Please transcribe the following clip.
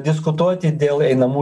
diskutuoti dėl einamų